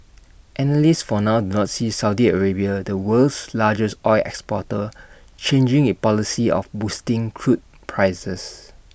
analysts for now do not see Saudi Arabia the world's largest oil exporter changing its policy of boosting crude prices